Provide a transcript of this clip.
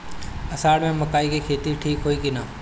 अषाढ़ मे मकई के खेती ठीक होई कि ना?